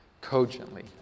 cogently